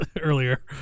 earlier